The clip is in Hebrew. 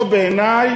פה, בעיני,